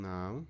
Now